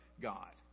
God